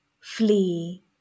flee